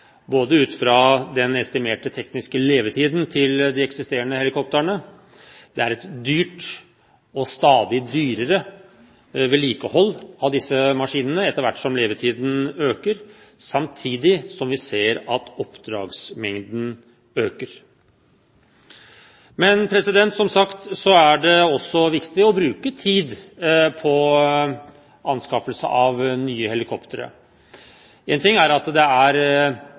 ut fra den estimerte tekniske levetiden til de eksisterende helikoptrene. Det er et stadig dyrere vedlikehold av disse maskinene etter hvert som levetiden øker, samtidig som vi ser at oppdragsmengden øker. Som sagt er det også viktig å bruke tid på anskaffelse av nye helikoptre. Én ting er at det er